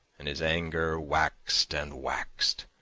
and his anger waxed and waxed.